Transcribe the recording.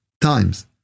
times